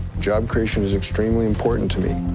job creation is extremely important to me.